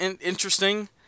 interesting